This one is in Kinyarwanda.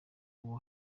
ubu